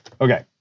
okay